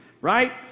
right